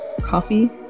coffee